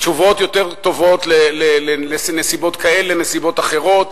תשובות יותר טובות לנסיבות כאלה ואחרות.